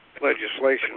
legislation